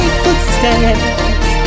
footsteps